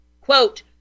Quote